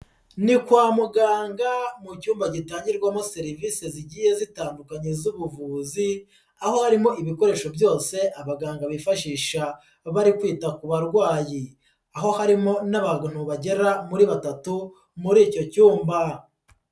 Ni kwa muganga mu cyumba gitangirwamo serivisi zigiye zitandukanye z'ubuvuzi aho harimo ibikoresho byose abaganga bifashisha bari kwita ku barwayi, aho harimo n'abantu bagera muri batatu muri icyo cyumba.